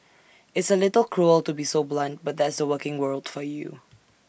it's A little cruel to be so blunt but that's the working world for you